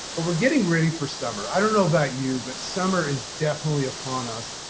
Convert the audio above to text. but we're getting ready for summer. i don't know about you, but summer is definitely upon us.